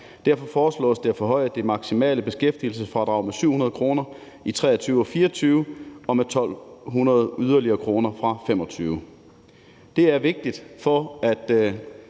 Derfor foreslås det at forhøje det maksimale beskæftigelsesfradrag med 700 kr. i 2023 og 2024 og med yderligere 1.200 kr. fra 2025. Det er vigtigt for, at